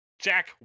Jack